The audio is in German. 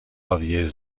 javier